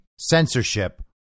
censorship